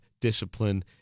discipline